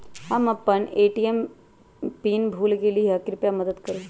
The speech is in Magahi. हम अपन ए.टी.एम पीन भूल गेली ह, कृपया मदत करू